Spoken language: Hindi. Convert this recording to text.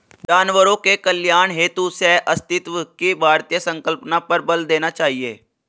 जानवरों के कल्याण हेतु सहअस्तित्व की भारतीय संकल्पना पर बल देना चाहिए